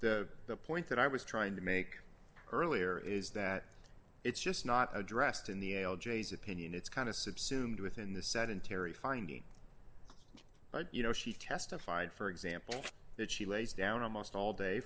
that the point that i was trying to make earlier is that it's just not addressed in the l j's opinion it's kind of subsumed within the sedentary finding but you know she testified for example that she lays down almost all day